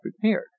prepared